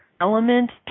element